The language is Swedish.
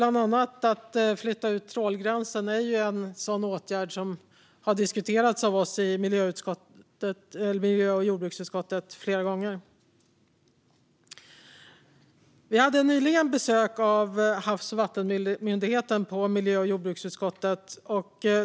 Att flytta ut trålgränsen är en sådan åtgärd, som har diskuterats av oss i miljö och jordbruksutskottet flera gånger. Vi hade nyligen besök av Havs och vattenmyndigheten i miljö och jordbruksutskottet.